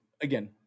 again